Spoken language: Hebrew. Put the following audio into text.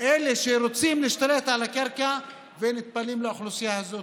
אלה שרוצים להשתלט על הקרקע ונטפלים לאוכלוסייה הזאת,